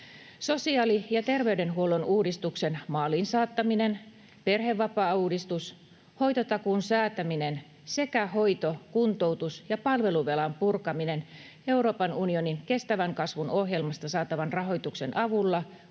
Sosiaali- ja terveydenhuollon uudistuksen maaliin saattaminen, perhevapaauudistus, hoitotakuun säätäminen sekä hoito-, kuntoutus- ja palveluvelan purkaminen Euroopan unionin kestävän kasvun ohjelmasta saatavan rahoituksen avulla